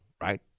Right